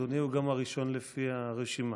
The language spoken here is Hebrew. אדוני הוא גם הראשון לפי הרשימה.